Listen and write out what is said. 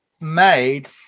made